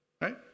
Right